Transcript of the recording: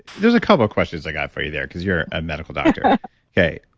there's a couple of questions i got for you there because you're a medical doctor okay,